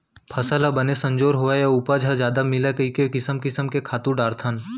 फसल ह बने संजोर होवय अउ उपज ह जादा मिलय कइके किसम किसम के खातू डारथन